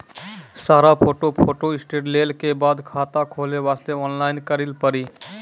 सारा photo photostat लेल के बाद खाता खोले वास्ते ऑनलाइन करिल पड़ी?